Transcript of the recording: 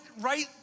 right